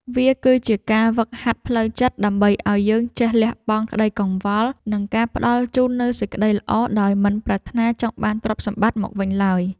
វាគឺជាការហ្វឹកហាត់ផ្លូវចិត្តដើម្បីឱ្យយើងចេះលះបង់ក្តីកង្វល់ និង ការផ្តល់ជូននូវសេចក្តីល្អដោយមិនប្រាថ្នាចង់បានទ្រព្យសម្បត្តិមកវិញឡើយ។